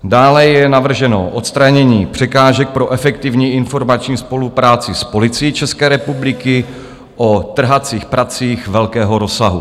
Dále je navrženo odstranění překážek pro efektivní informační spolupráci s Policií České republiky o trhacích pracích velkého rozsahu.